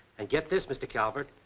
and get this, mr. calvert.